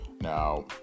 Now